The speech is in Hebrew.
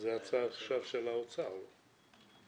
זו הצעה עכשיו של האוצר, לא?